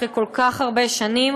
אחרי כל כך הרבה שנים,